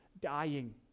dying